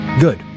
Good